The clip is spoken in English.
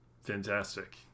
Fantastic